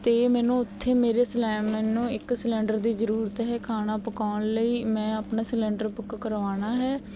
ਅਤੇ ਮੈਨੂੰ ਉੱਥੇ ਮੇਰੇ ਸਲੈ ਮੈਨੂੰ ਇੱਕ ਸਿਲੰਡਰ ਦੀ ਜ਼ਰੂਰਤ ਹੈ ਖਾਣਾ ਪਕਾਉਣ ਲਈ ਮੈਂ ਆਪਣਾ ਸਿਲੰਡਰ ਬੁੱਕ ਕਰਵਾਉਣਾ ਹੈ